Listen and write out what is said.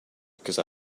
because